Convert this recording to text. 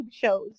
shows